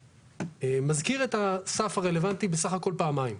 מזכיר את הסף הרלוונטי בסך הכל פעמיים: